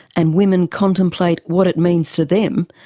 and women contemplate what it means to them,